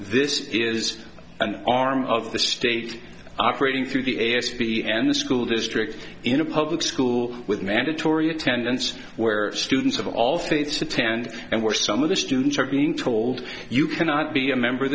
this is an arm of the state operating through the a s b and the school district in a public school with mandatory attendance where students of all faiths attend and where some of the students are being told you cannot be a member of